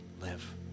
live